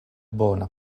bona